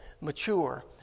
mature